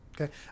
okay